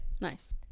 nice